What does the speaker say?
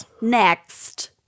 next